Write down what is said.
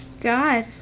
God